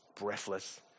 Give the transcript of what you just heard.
breathless